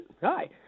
Hi